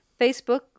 Facebook